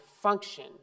function